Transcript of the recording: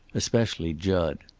especially jud.